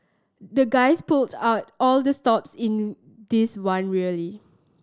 the guys pulled out all the stops in this one really